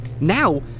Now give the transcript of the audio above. now